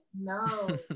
no